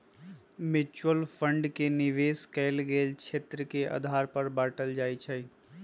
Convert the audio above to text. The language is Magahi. म्यूच्यूअल फण्ड के निवेश कएल गेल क्षेत्र के आधार पर बाटल जाइ छइ